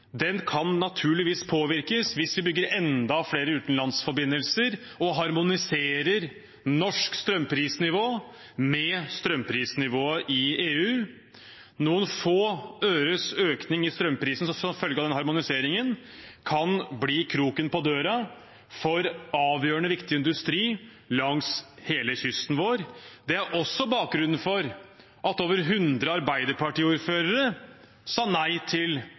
Den prisen kan naturligvis påvirkes hvis vi bygger enda flere utenlandsforbindelser og harmoniserer norsk strømprisnivå med strømprisnivået i EU. Noen få øres økning i strømprisen som følge av den harmoniseringen kan bli kroken på døra for avgjørende viktig industri langs hele kysten vår. Det er også bakgrunnen for at over 100 Arbeiderparti-ordførere sa nei til